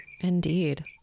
indeed